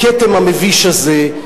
הכתם המביש הזה,